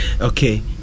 Okay